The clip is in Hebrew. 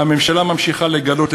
הממשלה ממשיכה לגלות,